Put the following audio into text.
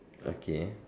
okay